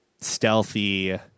stealthy